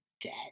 dead